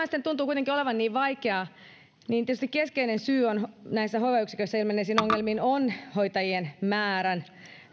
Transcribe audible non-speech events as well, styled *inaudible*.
*unintelligible* sitten tuntuu kuitenkin olevan niin vaikeaa tietysti keskeinen syy näissä hoivayksiköissä ilmenneisiin ongelmiin on hoitajien määrän